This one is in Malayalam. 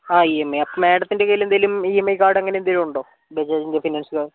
ആ ഇ എം ഐ അപ്പോൾ മാഡത്തിൻ്റെ കൈയിലെന്തെങ്കിലും ഇ എം ഐ കാർഡ് അങ്ങനെ എന്തെങ്കിലും ഉണ്ടോ ബജാജിൻ്റെ ഫിനാൻസ് കാർഡ്